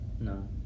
No